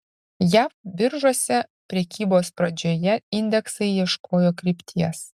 jav biržose prekybos pradžioje indeksai ieškojo krypties